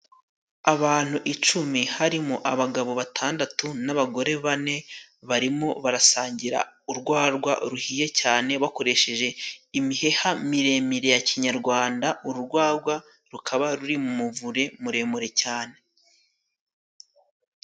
Abantu icumi, harimo abagabo batandatu n'abagore bane, barimo barasangira urwarwa ruhiye cyane bakoresheje imiheha miremire ya kinyarwanda. Uru rwagwa rukaba ruri mu muvure muremure cyane.